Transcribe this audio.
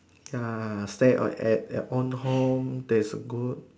ya stay or at own home that's good